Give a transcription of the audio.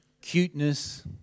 cuteness